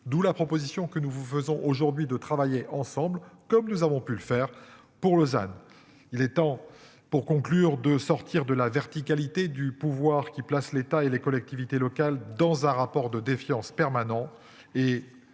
D'où la proposition que nous faisons aujourd'hui de travailler ensemble, comme nous avons pu le faire pour Lausanne. Il est temps pour conclure de sortir de la verticalité du pouvoir qui place l'État et les collectivités locales dans un rapport de défiance permanent